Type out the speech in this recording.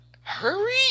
hurry